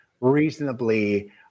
reasonably